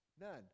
None